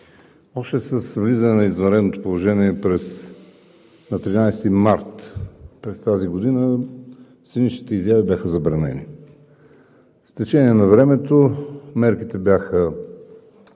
още с влизане на извънредното положение на 13 март през тази година сценичните изяви бяха забранени. С течение на времето мерките бяха